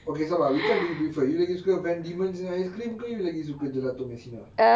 okay sabar which one do you prefer you lagi suka van diemen's punya ice cream ke you lagi suka gelato messina